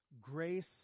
Grace